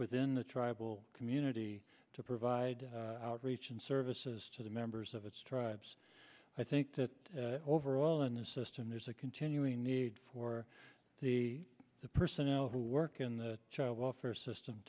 within the tribal community to provide outreach and services to the members of its tribes i think that overall in the system there's a continuing need for the personnel who work in the child welfare system